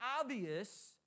obvious